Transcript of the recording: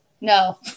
No